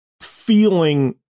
feeling